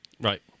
Right